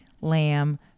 lamb